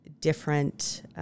different